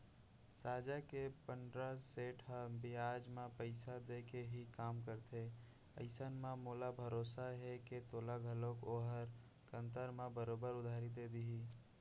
साजा के पंडरा सेठ ह बियाज म पइसा देके ही काम करथे अइसन म मोला भरोसा हे के तोला घलौक ओहर कन्तर म बरोबर उधार दे देही